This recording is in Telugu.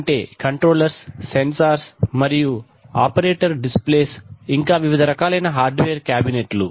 అంటే కంట్రోలర్స్ సెన్సార్లు మరియు ఆపరేటర్ డిస్ ప్లేస్ ఇంకా వివిధ రకాలైన హార్డ్వేర్ క్యాబినెట్లు